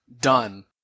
Done